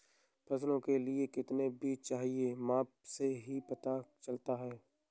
फसलों के लिए कितना बीज चाहिए माप से ही पता चलता है